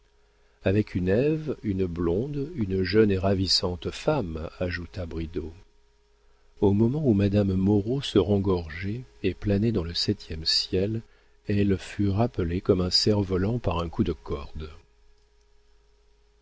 avec une ève une blonde une jeune et ravissante femme ajouta bridau au moment où madame moreau se rengorgeait et planait dans le septième ciel elle fut rappelée comme un cerf-volant par un coup de corde